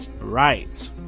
right